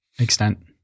Extent